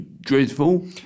dreadful